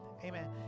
Amen